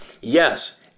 Yes